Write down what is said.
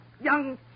young